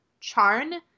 Charn